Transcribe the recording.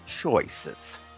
choices